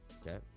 okay